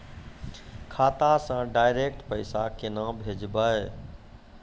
खाता से डायरेक्ट पैसा केना भेजबै?